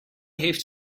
heeft